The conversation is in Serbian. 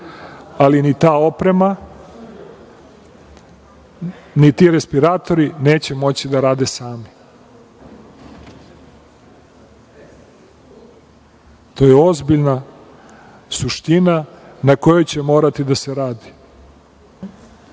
ali ni ta oprema, ni ti respiratori neće moći da rade sami. To je ozbiljna suština na kojoj će morati da se radi,